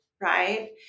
right